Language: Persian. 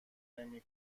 نمی